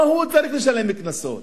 לא הוא צריך לשלם קנסות,